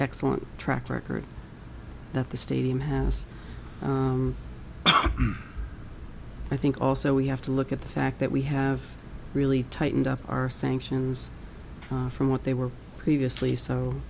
excellent track record that the stadium has i think also we have to look at the fact that we have really tightened up our sanctions from what they were previously so